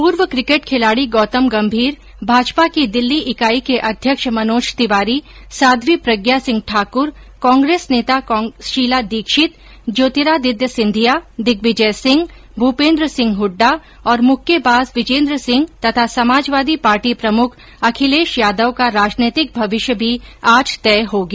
पूर्व क्रिकेट खिलाड़ी गौतम गंभीर भाजपा की दिल्ली इकाई के अध्यक्ष मनोज तिवारी साध्वी प्रज्ञा सिंह ठाक्र कांग्रेस नेता शीला दीक्षित ज्योतिरादित्य सिंधिया दिग्विजय सिंह भूपिन्द्र सिंह हड्डा और मुक्केबाज विजेन्द्र सिंह तथा समाजवादी पार्टी प्रमुख अखिलेश यादव का राजनीतिक भविष्य भी आज तय हो गया